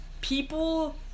People